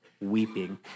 weeping